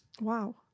wow